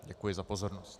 Děkuji za pozornost.